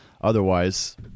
otherwise